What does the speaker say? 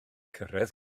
cyrraedd